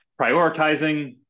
prioritizing